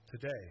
Today